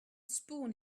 spoon